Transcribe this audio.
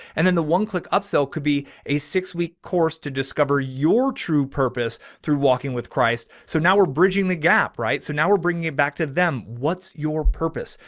and then the one click upsell could be a six week. course to discover your true purpose through walking with christ. so now we're bridging the gap, right? so now we're bringing back to them. what's your purpose?